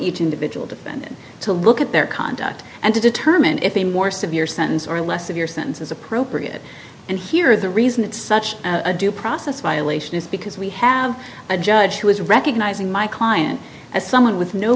each individual defendant to look at their conduct and to determine if a more severe sentence or less of your sentence is appropriate and here the reason it's such a due process violation is because we have a judge who is recognising my client as someone with no